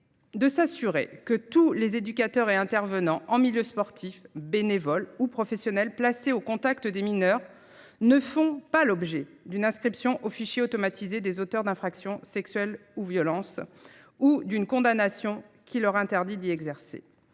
De s'assurer que tous les éducateurs et intervenant en milieu sportif bénévole où professionel placé au contact des mineurs ne font pas l'objet d'une inscription au fichier automatisé des auteurs d'infractions sexuelles ou violence ou d'une condamnation qui leur interdit d'y exercer